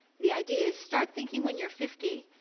the idea is, start thinking, when you're fifty,